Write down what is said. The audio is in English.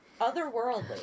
otherworldly